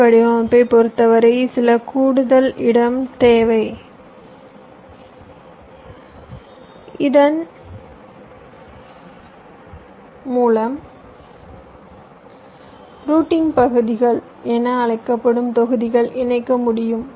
ஐ வடிவமைப்பைப் பொறுத்தவரை சில கூடுதல் இடம் தேவை இதன் மூலம் ரூட்டிங் பகுதிகள் என அழைக்கப்படும் தொகுதிகள் இணைக்க முடியும்